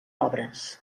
obres